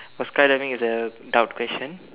first kind learning is a doubt question